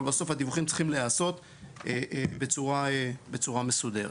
אבל הדיווחים צריכים להיעשות בצורה מסודרת.